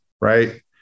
right